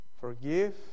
forgive